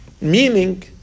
meaning